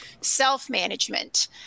self-management